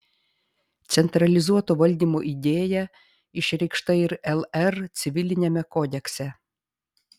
centralizuoto valdymo idėja išreikšta ir lr civiliniame kodekse